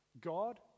God